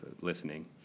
Listening